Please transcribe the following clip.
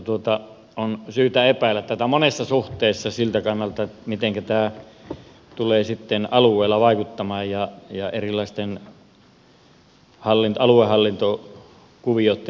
mutta on syytä epäillä tätä monessa suhteessa siltä kannalta mitenkä tämä tulee sitten alueilla vaikuttamaan ja erilaisten aluehallintokuvioitten myötä